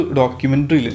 documentary